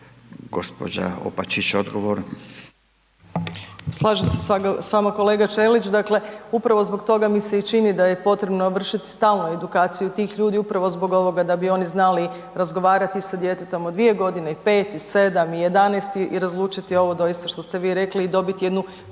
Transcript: i solidarnosti)** Slažem se s vama kolega Ćelić, dakle, upravo zbog toga mi se i čini da je potrebno vršiti stalno edukaciju tih ljudi upravo zbog ovoga da bi oni znali razgovarati sa djetetom od 2 godine i 5 i 7 i 11 i razlučiti ovo doista što ste vi rekli i dobiti jednu